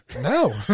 No